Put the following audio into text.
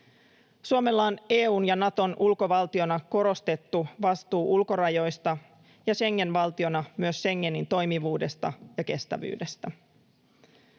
Suomella on EU:n ja Naton ulkovaltiona korostettu vastuu ulkorajoista ja Schengen-valtiona myös Schengenin toimivuudesta ja kestävyydestä.